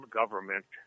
government